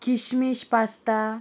किशमीश pasta